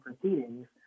proceedings